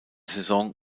saison